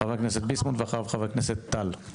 חבר הכנסת ביסמוט ולאחריו חבר הכנסת טל.